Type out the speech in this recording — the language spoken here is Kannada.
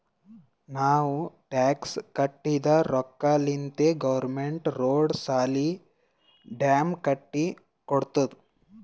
ನಾವ್ ಟ್ಯಾಕ್ಸ್ ಕಟ್ಟಿದ್ ರೊಕ್ಕಾಲಿಂತೆ ಗೌರ್ಮೆಂಟ್ ರೋಡ್, ಸಾಲಿ, ಡ್ಯಾಮ್ ಕಟ್ಟಿ ಕೊಡ್ತುದ್